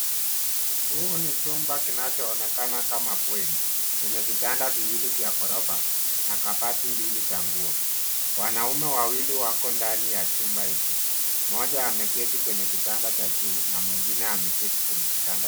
Huu ni chumba kinachoonekana kama bweni chenye vitanda viwili vya ghorofa na kabati mbili za nguo. Wanaume wawili wako ndani ya chumba hicho, mmoja ameketi kwenye kitanda cha juu na mwingine ameketi kwenye kitanda.